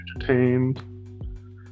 entertained